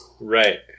Right